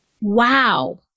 Wow